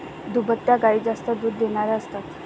दुभत्या गायी जास्त दूध देणाऱ्या असतात